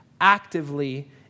actively